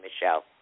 Michelle